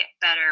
better